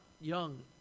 young